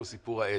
כמו סיפור העז,